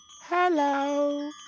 Hello